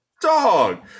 dog